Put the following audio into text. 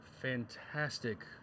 fantastic